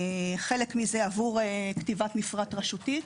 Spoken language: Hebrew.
חלק מזה עבור כתיבת מפרט רשותית,